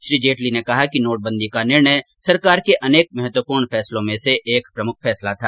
श्री जेटली ने कहा कि नोटबंदी का निर्णय सरकार के अनेक महत्वपूर्ण फैंसलों में से प्रमुख फैसला था